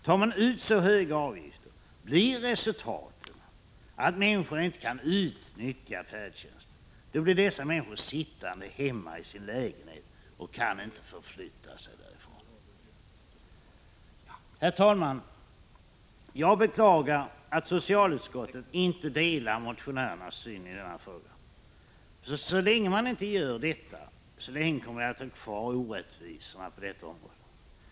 Tar man ut så höga avgifter blir resultatet att människor inte kan utnyttja färdtjänsten. Då blir de sittande hemma i sin lägenhet utan att kunna förflytta sig. Herr talman! Jag beklagar att socialutskottet inte delar motionärernas syn i denna fråga. Så länge man inte gör det, så länge kommer vi att ha kvar orättvisorna på detta område.